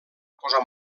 posar